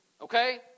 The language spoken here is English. okay